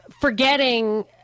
forgetting